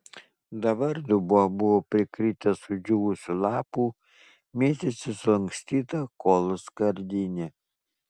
dabar dubuo buvo prikritęs sudžiūvusių lapų mėtėsi sulankstyta kolos skardinė